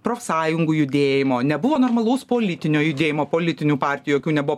profsąjungų judėjimo nebuvo normalaus politinio judėjimo politinių partijų jokių nebuvo